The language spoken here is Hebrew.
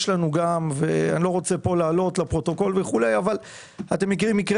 אני לא רוצה להלאות את הפרוטוקול אבל אתם מכירים מקרה